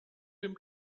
dem